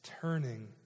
turning